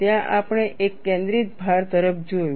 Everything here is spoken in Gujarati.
ત્યાં આપણે એક કેન્દ્રિત ભાર તરફ જોયું